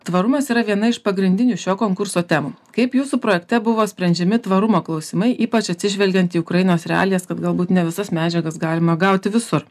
tvarumas yra viena iš pagrindinių šio konkurso temų kaip jūsų projekte buvo sprendžiami tvarumo klausimai ypač atsižvelgiant į ukrainos realijas kad galbūt ne visas medžiagas galima gauti visur